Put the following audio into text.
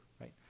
right